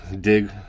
Dig